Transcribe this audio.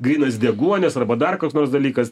grynas deguonis arba dar koks nors dalykas